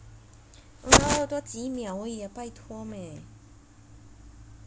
!walao! 多几秒而已嘛拜托咩